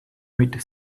mit